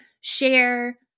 Share